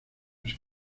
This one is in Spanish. que